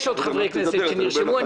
יש עוד חברי כנסת שנרשמו.